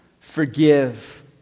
forgive